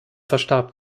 verstarb